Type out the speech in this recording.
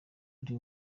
ari